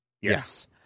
Yes